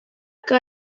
què